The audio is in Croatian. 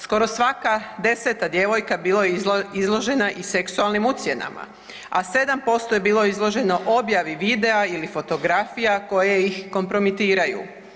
Skoro svaka 10-ta djevojka bila je izložena i seksualnim ucjenama, a 7% je bilo izloženo objavi videa ili fotografija koje ih kompromitiraju.